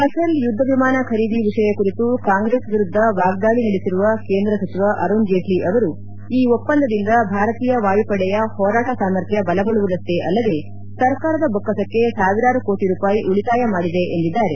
Rafale ಯುದ್ದ ವಿಮಾನ ಖರೀದಿ ವಿಷಯ ಕುರಿತು ಕಾಂಗ್ರೆಸ್ ವಿರುದ್ದ ವಾಗ್ದಾಳಿ ನಡೆಸಿರುವ ಕೇಂದ್ರ ಸಚಿವ ಅರುಣ್ ಜೇಟ್ಲಿ ಅವರು ಈ ಒಪ್ಪಂದದಿಂದ ಭಾರತೀಯ ವಾಯುಪಡೆಯ ಹೋರಾಟ ಸಾಮರ್ಥ್ಯ ಬಲಗೊಳ್ಳುವುದಷ್ಟೆ ಅಲ್ಲದೆ ಸರ್ಕಾರದ ಬೊಕ್ಕಸಕ್ಕೆ ಸಾವಿರಾರು ಕೋಟಿ ರೂಪಾಯಿ ಉಳಿತಾಯ ಮಾಡಿದೆ ಎಂದಿದ್ದಾರೆ